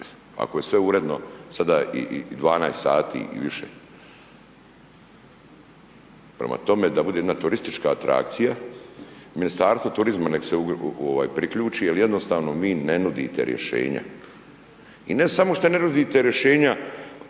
ako je sve uredno sada i 12 sati i više. Prema tome, da bude jedna turistička atrakcija, Ministarstvo turizma nek se priključi jer jednostavno vi ne nudite rješenja. I ne samo što ne nudite rješenja,